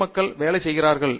ஏன் மக்கள் வேலை செய்கிறார்கள்